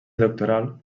doctoral